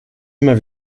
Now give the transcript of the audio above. immer